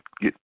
get